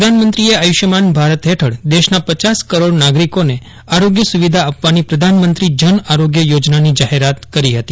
પ્રધાનમંત્રીએ આયુષ્યમાન ભારત હેઠળ દેશના પચાસ કરોક નાગરીકોને આરોગ્ય સુવિધા આપવાની પ્રધાનમંત્રી જન આરોગ્ય યોજનાની જાહેરાત કરી હતી